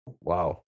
wow